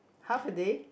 half a day